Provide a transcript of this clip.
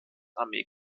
armee